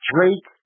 Drake